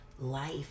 life